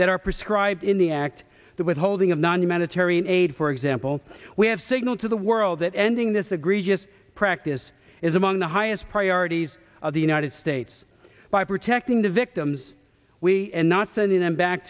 that are prescribed in the act the withholding of non humanitarian aid for example we have signaled to the world that ending this agree just practice is among the highest priorities of the united states by protecting the victims we are not sending them back